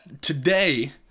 today